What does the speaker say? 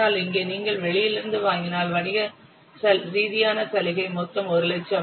ஆனால் இங்கே நீங்கள் வெளியில் இருந்து வாங்கினால் வணிக ரீதியான சலுகை மொத்தம் 1 லட்சம்